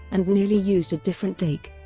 and nearly used a different take.